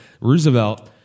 Roosevelt